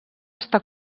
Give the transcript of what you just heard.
està